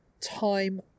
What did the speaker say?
time